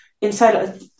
inside